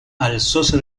alzóse